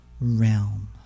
realm